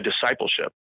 discipleship